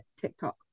tiktok